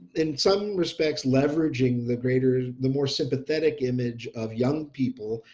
in some respects leveraging the greater the more sympathetic image of young people,